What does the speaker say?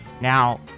Now